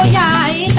guy